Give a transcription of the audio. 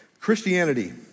Christianity